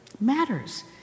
matters